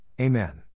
Amen